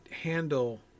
handle